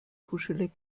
kuschelig